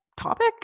topic